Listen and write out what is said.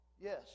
Yes